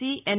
C ఎన్